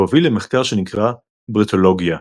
והוביל למחקר שנקרא "ברטולוגיה",